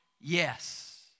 Yes